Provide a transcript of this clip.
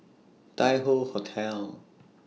Tai Hoe Hotel